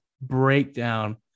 breakdown